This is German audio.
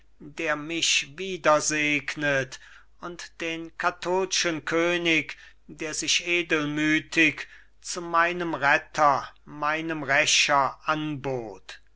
der mich wiedersegnet und den kathol'schen könig der sich edelmütig zu meinem retter meinem rächer anbot